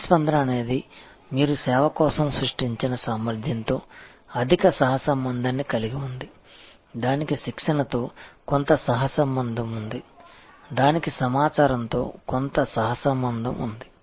ప్రతిస్పందన అనేది మీరు సేవ కోసం సృష్టించిన సామర్థ్యంతో అధిక సహసంబంధాన్ని కలిగి ఉంది దానికి శిక్షణతో కొంత సహసంబంధం ఉంది దానికి సమాచారంతో కొంత సహసంబంధం ఉంది